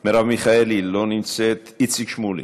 מרב מיכאלי, אינה נוכחת, איציק שמולי,